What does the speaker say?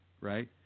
Right